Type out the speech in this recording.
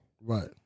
Right